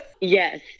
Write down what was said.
Yes